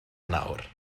nawr